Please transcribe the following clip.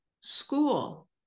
school